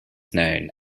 known